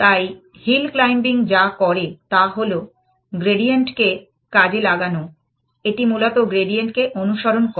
তাই hill climbing যা করে তা হল গ্রেডিয়েন্টকে কাজে লাগানো এটি মূলত গ্রেডিয়েন্টকে অনুসরণ করে